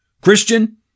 Christian